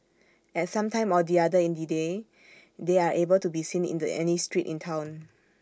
at some time or the other in the day they are able to be seen in the any street in Town